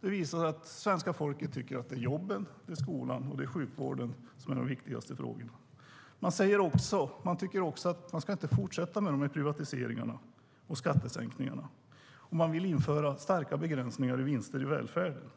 visade det sig att svenska folket tycker att det är jobben, skolan och sjukvården som är de viktigaste frågorna. Man tycker också att privatiseringarna och skattesänkningarna inte ska fortsätta. Man vill införa starka begränsningar av vinster i välfärden.